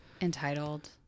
entitled